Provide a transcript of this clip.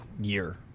year